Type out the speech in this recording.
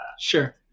sure